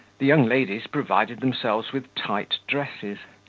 the young ladies provided themselves with tight dresses,